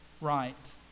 right